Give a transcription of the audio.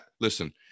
listen